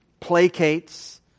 placates